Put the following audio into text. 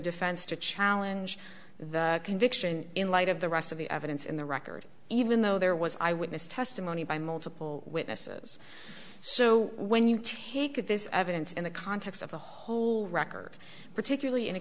defense to challenge the conviction in light of the rest of the evidence in the record even though there was eyewitness testimony by multiple witnesses so when you take this evidence in the context of the whole record particularly in a